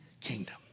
kingdom